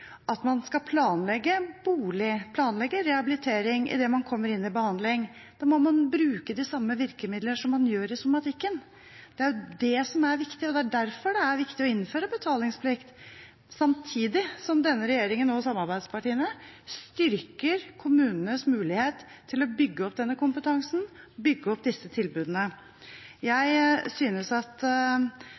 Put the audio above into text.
at man skal planlegge bolig, planlegge rehabilitering idet man kommer inn i behandling, da må man bruke de samme virkemidler som man gjør i somatikken. Det er det som er viktig, og det er derfor det er viktig å innføre betalingsplikt, samtidig som denne regjeringen og samarbeidspartiene styrker kommunenes mulighet til å bygge opp denne kompetansen, bygge opp disse tilbudene. Jeg synes at